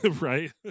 right